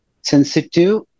sensitive